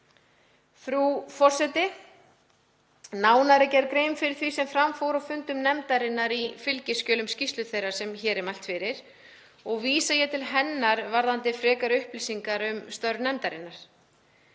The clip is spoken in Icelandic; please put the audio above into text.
Frú forseti. Nánar er gerð grein fyrir því sem fram fór á fundum nefndarinnar í fylgiskjölum skýrslu þeirrar sem hér er mælt fyrir og vísa ég til hennar varðandi frekari upplýsingar um störf nefndarinnar.